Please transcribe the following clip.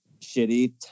shitty